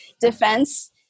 defense